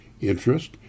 interest